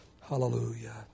Hallelujah